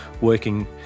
working